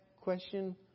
question